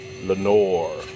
Lenore